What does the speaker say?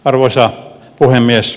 arvoisa puhemies